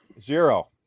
Zero